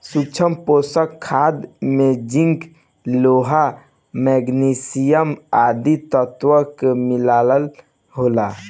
सूक्ष्म पोषक खाद में जिंक, लोहा, मैग्निशियम आदि तत्व के मिलल होला